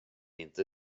inte